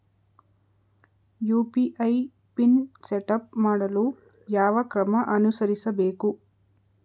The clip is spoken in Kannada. ಯು.ಪಿ.ಐ ಪಿನ್ ಸೆಟಪ್ ಮಾಡಲು ಯಾವ ಕ್ರಮ ಅನುಸರಿಸಬೇಕು?